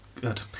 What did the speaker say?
Good